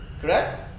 Correct